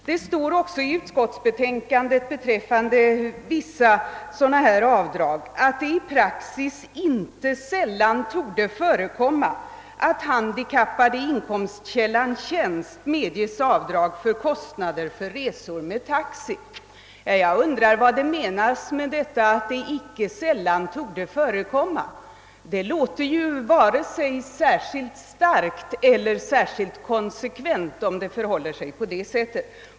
Det står också i utskottets betänkande beträffande vissa sådana här avdrag, att det »i praxis torde inte sällan förekomma att handikappade i inkomstkällan tjänst medges avdrag för kostnader för resor med taxi». Jag undrar vad som menas med uttrycket »torde inte sällan förekomma»? Det låter inte vare sig starkt eller särskilt konsekvent om det förhåller sig på det sättet.